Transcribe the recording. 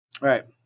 right